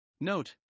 Note